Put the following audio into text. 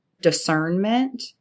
discernment